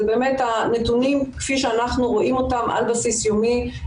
זה באמת הנתונים כפי שאנחנו רואים אותם על בסיס יומי,